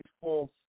false